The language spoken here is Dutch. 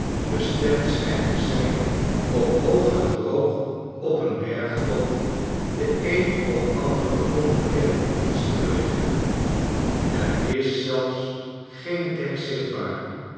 schijnt te zijn om hoog en droog op een bergtop den een of anderen onbekenden dienst te verrichten er is zelfs geen dek zichtbaar